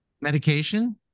Medication